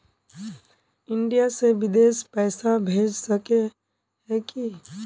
India से बिदेश पैसा भेज सके है की?